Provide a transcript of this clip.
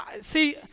See